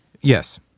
Yes